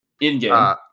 In-game